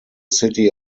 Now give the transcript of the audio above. city